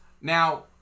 now